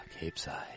Capeside